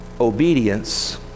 obedience